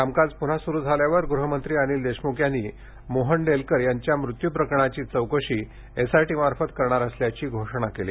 कामकाज प्न्हा स्रु झाल्यावर गृहमंत्री अनिल देशम्ख यांनी मोहन डेलकर यांच्या मृत्यू प्रकरणाची चौकशी एसआयटीमार्फत करणार असल्याची घोषणा केली